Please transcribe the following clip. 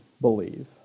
believe